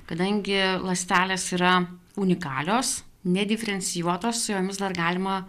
kadangi ląstelės yra unikalios nediferencijuotos su jomis dar galima